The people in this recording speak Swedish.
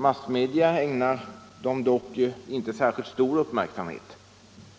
Massmedia ägnar dem dock inte särskilt stor uppmärksamhet